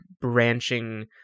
branching